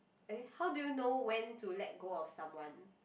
eh how do you know when to let go of someone